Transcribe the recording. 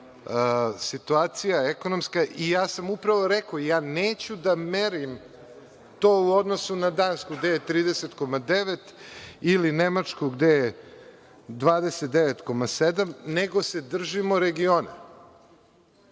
situacija ekonomska i ja sam upravo rekao – ja neću da merim to u odnosu na Dansku gde je 30,9 ili Nemačku gde je 29,7, nego se držimo regiona.